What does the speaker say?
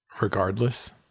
Regardless